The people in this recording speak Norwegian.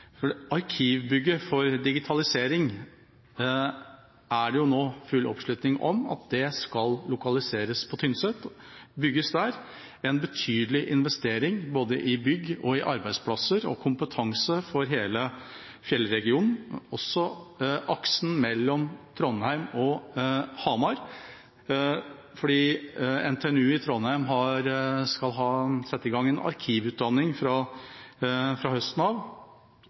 langt. Arkivbygget for digitalisering er det nå full oppslutning om å lokalisere til Tynset og bygge der – en betydelig investering både i bygg, arbeidsplasser og kompetanse for hele Fjellregionen. Det er også viktig for aksen mellom Trondheim og Hamar, fordi NTNU i Trondheim skal sette i gang en arkivutdanning fra høsten av,